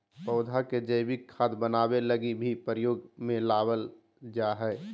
पौधा के जैविक खाद बनाबै लगी भी प्रयोग में लबाल जा हइ